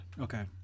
Okay